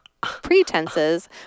pretenses